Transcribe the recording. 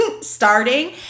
starting